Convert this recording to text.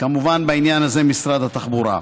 כמובן בעניין הזה משרד התחבורה.